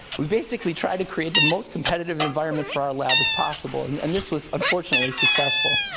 we basically tried to create the most competitive environment for our lab as possible. and and this was, unfortunately, successful.